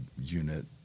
unit